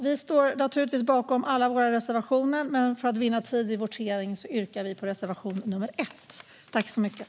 Vi står naturligtvis bakom alla våra reservationer, men för att vinna tid vid voteringen yrkar jag bifall endast till reservation nr 1.